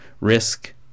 risk